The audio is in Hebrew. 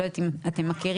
לא יודעת אם אתם מכירים,